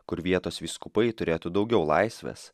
kur vietos vyskupai turėtų daugiau laisvės